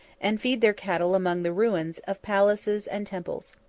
and feed their cattle among the ruins of palaces and temples.